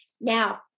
Now